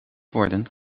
worden